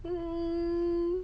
mm